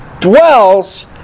dwells